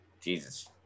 Jesus